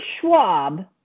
Schwab